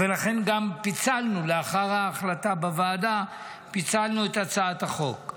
לכן, לאחר ההחלטה בוועדה, גם פיצלנו את הצעת החוק.